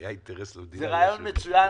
היה אינטרס ל --- זה רעיון מצוין,